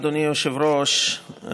אדוני היושב-ראש,